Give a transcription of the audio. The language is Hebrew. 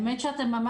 נשמעים